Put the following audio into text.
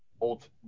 old